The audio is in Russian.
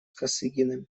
косыгиным